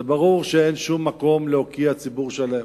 זה ברור שאין שום מקום להוקיע ציבור שלם,